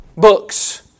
books